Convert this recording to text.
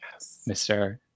Mr